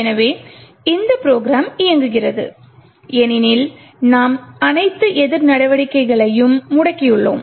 எனவே இந்த நிரல் இயங்குகிறது ஏனெனில் நாம் அனைத்து எதிர் நடவடிக்கைகளையும் முடக்கியுள்ளோம்